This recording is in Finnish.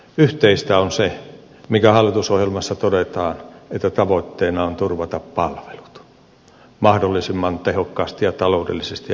yhteistä on se mikä hallitusohjelmassa todetaan että tavoitteena on turvata palvelut mahdollisimman tehokkaasti ja taloudellisesti ja niin edelleen